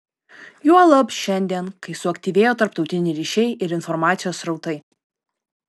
juolab šiandien kai suaktyvėjo tarptautiniai ryšiai ir informacijos srautai